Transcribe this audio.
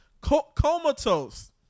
comatose